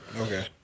Okay